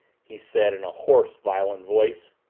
he said in a hoarse, violent voice.